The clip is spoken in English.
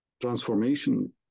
transformation